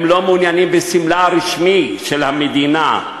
הם לא מעוניינים בסמלה הרשמי של המדינה,